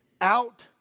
Out